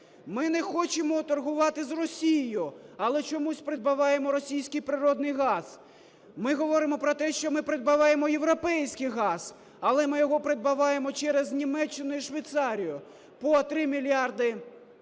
Ми не хочемо торгувати з Росією, але чомусь придбаваємо російський природний газ. Ми говоримо про те, що ми придбаваємо європейський газ, але ми його придбаваємо через Німеччину і Швейцарію по 3 мільярди кубічних